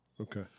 Okay